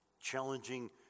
challenging